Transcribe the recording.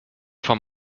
vom